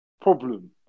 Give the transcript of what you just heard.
problem